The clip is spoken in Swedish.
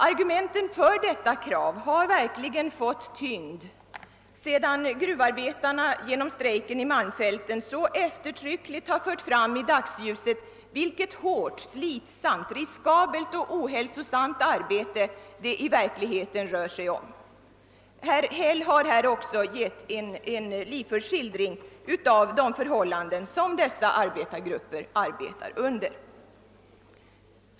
Argumenten för detta krav har nu verkligen också fått ökad tyngd sedan gruvarbetarna genom strejken i malmfälten så eftertryckligt har fört fram i dagsljuset vilket hårt, slitsamt, riskabelt och ohälsosamt arbete man har i gruvindustrin. Herr Häll har här också givit en livfull skildring av de förhållanden som dessa grupper arbetar under.